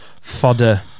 fodder